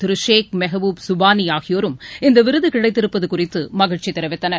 திரு ஷேக் மெகபூப் சுபானி ஆகியோரும் இந்த விருது கிடைத்திருப்பது குறித்து மகிழ்ச்சி தெரிவித்தனர்